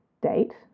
date